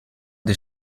dei